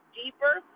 deeper